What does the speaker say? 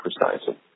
precisely